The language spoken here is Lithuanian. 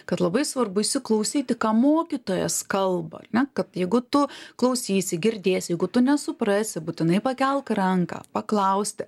kad labai svarbu įsiklausyti ką mokytojas kalba ar ne kad jeigu tu klausysi girdėsi jeigu tu nesuprasi būtinai pakelk ranką paklausti